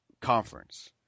conference